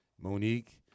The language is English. Monique